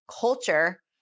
culture